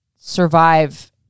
survive